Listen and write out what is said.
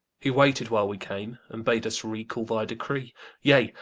he waited while we came, and bade us wreak all thy decree yea,